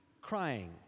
crying